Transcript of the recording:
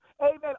amen